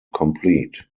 complete